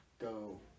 go